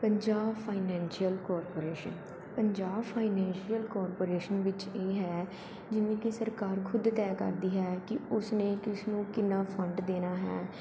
Punjab Financial Corporation Punjab Financial Corporation ਵਿੱਚ ਇਹ ਹੈ ਜਿਵੇਂ ਕਿ ਸਰਕਾਰ ਖੁਦ ਤੈਅ ਕਰਦੀ ਹੈ ਕਿ ਉਸਨੇ ਕਿਸ ਨੂੰ ਕਿੰਨਾ ਫੰਡ ਦੇਣਾ ਹੈ